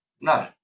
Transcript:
No